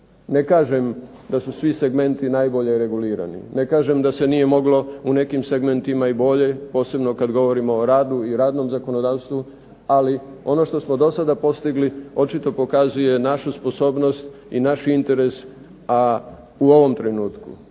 Ne kažem da su svi segmenti najbolje regulirani, ne kažem da se nije moglo u nekim segmentima i bolje, posebno kad govorimo o radu i radnom zakonodavstvu, ali ono što smo do sada postigli očito pokazuje našu sposobnost i naš interes u ovom trenutku.